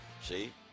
see